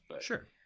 Sure